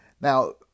Now